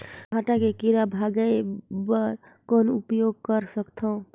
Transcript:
भांटा के कीरा भगाय बर कौन उपाय कर सकथव?